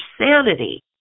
sanity